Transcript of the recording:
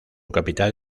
capital